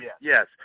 Yes